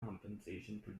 compensation